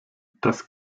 das